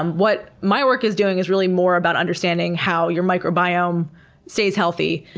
and what my work is doing is really more about understanding how your microbiome stays healthy.